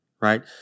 Right